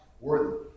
worthy